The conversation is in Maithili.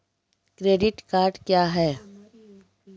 क्रेडिट कार्ड क्या हैं?